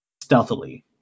stealthily